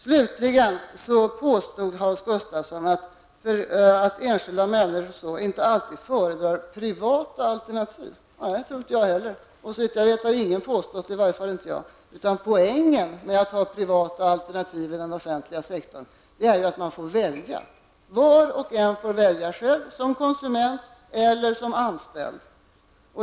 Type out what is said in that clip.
Hans Gustafsson påstod slutligen att enskilda människor inte alltid föredrar privata alternativ. Det tror heller inte jag. Såvitt jag vet har ingen påstått detta, i varje fall inte jag. Poängen med att ha privata alternativ till den offentliga sektorn är att man får välja, att var och en får själv välja som konsument eller som anställd.